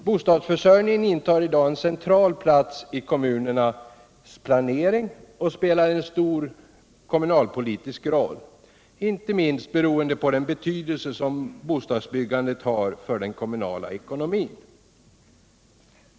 Bostadsförsörjningen intar i dag en central plats i kommunernas planering och spelar en stor kommunalpolitisk roll, inte minst beroende på den betydelse som bostadsbyggandet har för den kommunala ekonomin.